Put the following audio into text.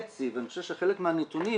תשעה חודשים ושישה ימים,